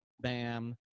Bam